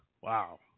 Wow